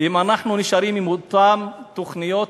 אם אנחנו נשארים עם אותן תוכניות,